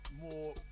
more